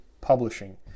publishing